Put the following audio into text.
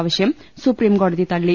ആവശ്യം സുപ്രീം കോടതി തളളി